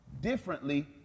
differently